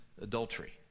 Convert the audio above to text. adultery